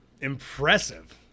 impressive